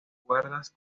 cuerdas